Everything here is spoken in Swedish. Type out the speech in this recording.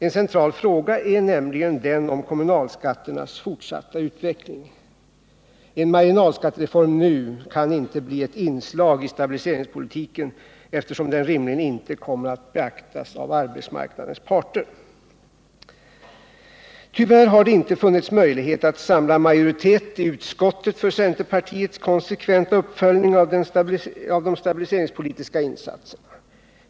En central fråga är nämligen den om kommunalskatternas fortsatta Den ekonomiska utveckling. En marginalskattereform nu kan inte bli ett inslag i stabilisepolitiken m.m. ringspolitiken, eftersom den rimligen inte kommer att beaktas av arbetsmarknadens parter. Tyvärr har det inte funnits möjlighet att samla majoritet i utskottet för centerpartiets konsekventa uppföljning av de stabiliseringspolitiska insatserna.